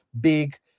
big